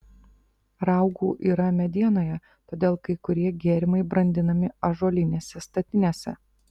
raugų yra medienoje todėl kai kurie gėrimai brandinami ąžuolinėse statinėse